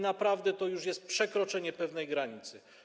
Naprawdę, to już jest przekroczenie pewnej granicy.